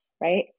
right